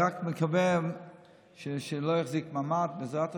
אני רק מקווה שהוא לא יחזיק מעמד, בעזרת השם.